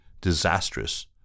disastrous